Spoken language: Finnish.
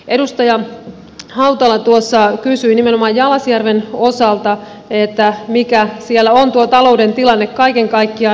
edustaja hautala tuossa kysyi nimenomaan jalasjärven osalta mikä siellä on tuo talouden tilanne kaiken kaikkiaan